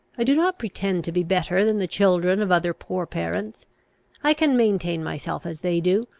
i do not pretend to be better than the children of other poor parents i can maintain myself as they do.